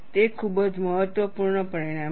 તે ખૂબ જ મહત્વપૂર્ણ પરિણામ છે